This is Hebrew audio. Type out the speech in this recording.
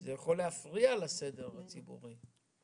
זה יכול להפריע לסדר הציבורי.